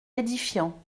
édifiant